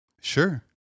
Sure